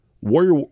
Warrior